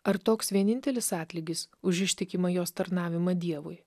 ar toks vienintelis atlygis už ištikimą jos tarnavimą dievui